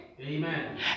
Amen